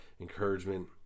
encouragement